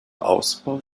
ausbau